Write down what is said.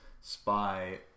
spy